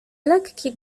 lekkie